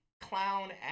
clown